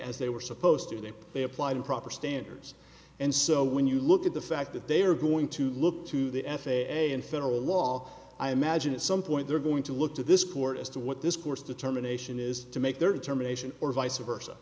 as they were supposed to do they applied improper standards and so when you look at the fact that they are going to look to the f a a and federal law i imagine it's some point they're going to look to this court as to what this course determination is to make their determination or vice versa